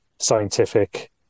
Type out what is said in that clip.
scientific